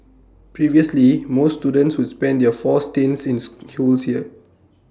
previously most students would spend their four stints in schools here